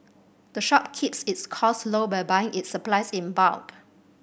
the shop keeps its costs low by buying its supplies in bulk